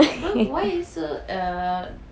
negative ah